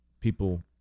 people